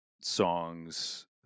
songs